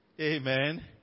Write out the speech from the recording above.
Amen